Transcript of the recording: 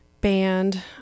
band